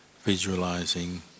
visualizing